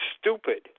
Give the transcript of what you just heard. Stupid